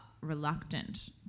reluctant